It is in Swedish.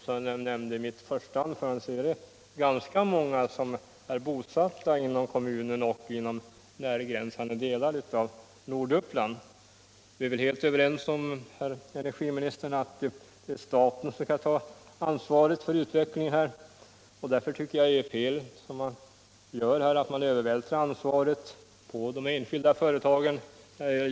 Som jag nämnde i mitt första anförande är det ganska många som är bosatta inom kommunen eller i angränsande delar av Norduppland. Vi är väl överens om, herr energiministern, att det är staten som skall ta ansvaret för utvecklingen, och då är det fel att, som regeringen gör, övervältra ansvaret på de enskilda företagen.